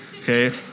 Okay